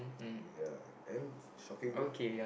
ya then shocking